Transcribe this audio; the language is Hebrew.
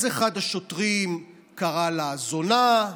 אז אחד השוטרים קרא לה זונה.